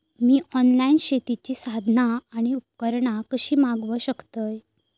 मी online शेतीची साधना आणि उपकरणा कशी मागव शकतय?